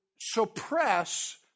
suppress